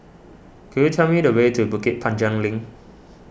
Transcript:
could you tell me the way to Bukit Panjang Link